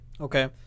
okay